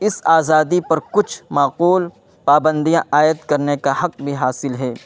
اس آزادی پر کچھ معقول پابندیاں عائد کرنے کا حق بھی حاصل ہے